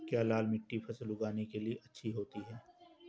क्या लाल मिट्टी फसल उगाने के लिए अच्छी होती है?